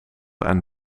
aan